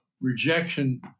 rejection